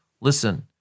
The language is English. Listen